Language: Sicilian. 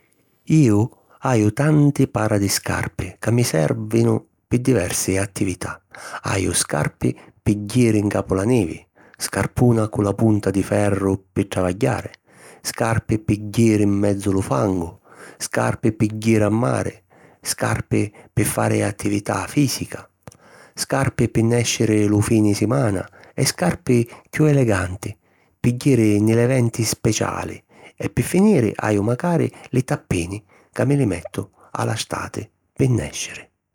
Iu haju tanti para di scarpi ca mi sèrvinu pi diversi attività. Haju scarpi pi jiri ncapu la nivi, scarpuna cu la punta di ferru pi travagghiari, scarpi pi jiri 'n menzu lu fangu, scarpi pi jiri a mari, scarpi pi fari attività fìsica, scarpi pi nèsciri lu fini simana e scarpi chiù eleganti pi jiri nni l'eventi speciali e pi finiri haju macari li tappini ca mi li mettu a la stati pi nèsciri.